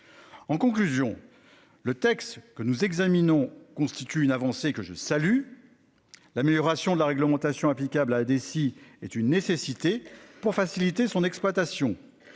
En conclusion, le texte que nous examinons constitue une avancée que je salue. L'amélioration de la réglementation applicable à des si est une nécessité pour faciliter son exploitation